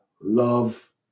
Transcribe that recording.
love